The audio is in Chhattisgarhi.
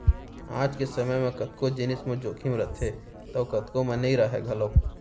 आज के समे म कतको जिनिस म जोखिम रथे तौ कतको म नइ राहय घलौक